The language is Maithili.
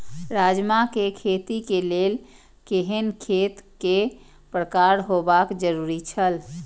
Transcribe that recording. राजमा के खेती के लेल केहेन खेत केय प्रकार होबाक जरुरी छल?